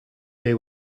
they